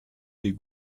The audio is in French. des